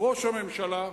ראש הממשלה,